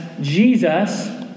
Jesus